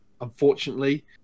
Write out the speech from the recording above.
unfortunately